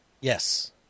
Yes